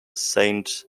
saint